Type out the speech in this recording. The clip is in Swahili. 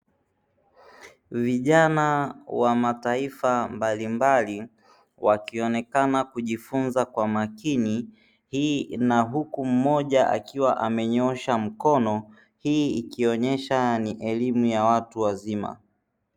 Vijana wa mataifa mbalimbali wakionekana kujifunza kwa makini na huku mmoja akiwa amenyoosha mkono, hii ikionesha ni elimu ya watu wazima.